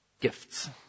Gifts